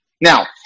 Now